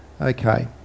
Okay